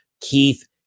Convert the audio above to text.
Keith